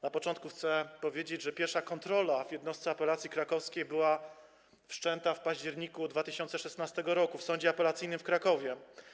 Na początku chcę powiedzieć, że pierwsza kontrola w jednostce apelacji krakowskiej była wszczęta w październiku 2016 r. w Sądzie Apelacyjnym w Krakowie.